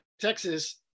Texas